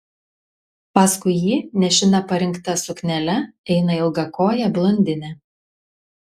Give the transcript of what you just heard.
paskui jį nešina parinkta suknele eina ilgakojė blondinė